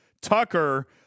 Tucker